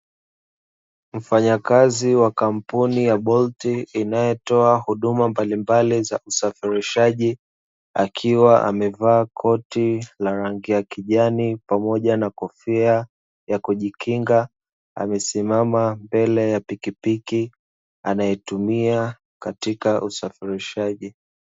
Mfanyakazi wa kampuni ya "bolt" inayotoa huduma mbalimbali za usafirishaji, akiwa amevaa koti la rangi ya kijani pamoja na kofia ya kujikinga, amesimama mbele ya pikipiki anayotumia katika usafirishaji.